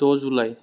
द' जुलाइ